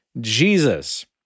Jesus